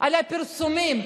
על הפרסומים.